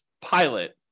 pilot